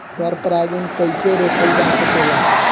पर परागन कइसे रोकल जा सकेला?